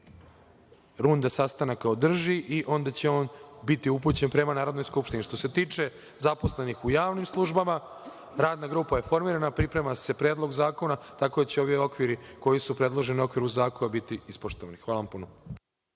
runda sastanaka održi i onda će on biti upućen prema Narodnoj skupštini. Što se tiče zaposlenih u javnim službama, radna grupa je formirana, priprema se predlog zakona, tako da će ovi okviri koji su predloženi u okviru zakona biti ispoštovani. Hvala vam puno.